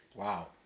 Wow